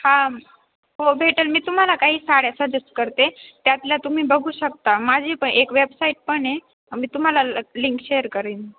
हा हो भेटेल मी तुम्हाला काही साड्या सजेस्ट करते त्यातल्या तुम्ही बघू शकता माझी पण एक वेबसाईट पण आहे मी तुम्हाला ल लिंक शेअर करेन